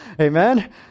Amen